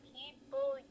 people